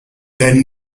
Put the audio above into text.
then